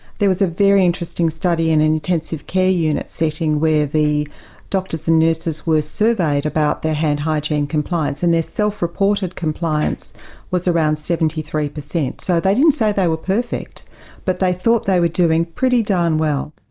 there was a very interesting study in an intensive care unit setting where the doctors and nurses were surveyed about their hand hygiene compliance and their self reported compliance was around seventy three percent. so they didn't say they were perfect but they thought they were doing pretty darned well.